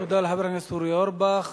תודה לחבר הכנסת אורי אורבך.